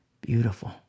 beautiful